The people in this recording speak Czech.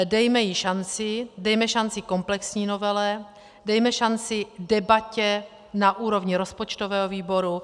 Dejme jí šanci, dejme šanci komplexní novele, dejme šanci debatě na úrovni rozpočtového výboru.